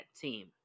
team